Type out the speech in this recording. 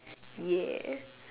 yeah